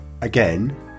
again